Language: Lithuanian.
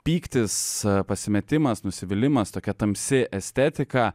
pyktis pasimetimas nusivylimas tokia tamsi estetika